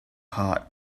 heart